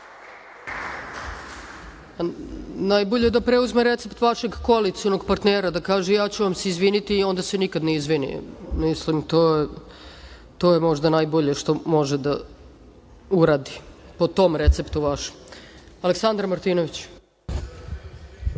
Najbolje da preuzme recept vašeg koalicionog partnera, da kaže – ja ću vam se izviniti i onda se nikad ne izvini. Mislim, to je možda najbolje što može da uradi, po tom receptu vašem. Aleksandar Martinović.